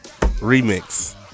remix